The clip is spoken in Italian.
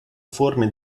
forme